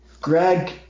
Greg